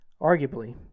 Arguably